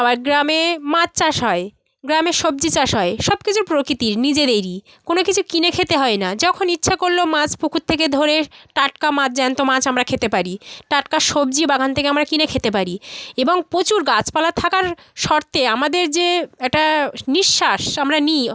আবার গ্রামে মাছ চাষ হয় গ্রামে সবজি চাষ হয় সব কিছুর প্রকৃতির নিজেদেরই কোনো কিছু কিনে খেতে হয় না যখন ইচ্ছা করলো মাছ পুকুর থেকে ধরে টাটকা মাছ জ্যান্ত মাছ আমরা খেতে পারি টাটকা সবজি বাগান থেকে আমরা কিনে খেতে পারি এবং প্রচুর গাছপালা থাকার শর্তে আমাদের যে একটা নিশ্বাস আমরা নিই